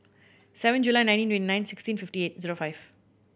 seven July nineteen twenty nine sixteen fifty eight zero five